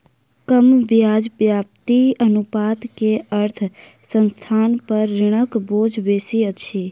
कम ब्याज व्याप्ति अनुपात के अर्थ संस्थान पर ऋणक बोझ बेसी अछि